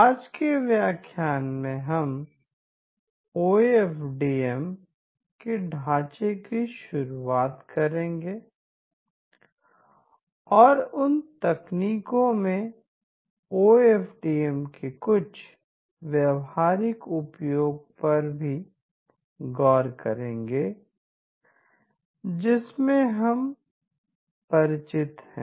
आज के व्याख्यान में हम ओ एफ डी एम ढांचे की शुरुआत करेंगे और उन तकनीकों में ओ एफ डी एम के कुछ व्यावहारिक उपयोग पर भी गौर करेंगे जिनसे हम परिचित हैं